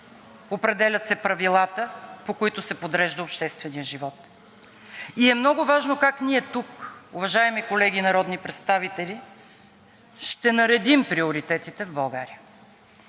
определят се правилата, по които се подрежда общественият живот, и е много важно как ние тук, уважаеми колеги народни представители, ще наредим приоритетите в България.